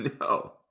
No